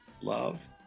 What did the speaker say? love